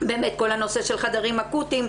באמת כל הנושא של חדרים אקוטיים,